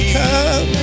come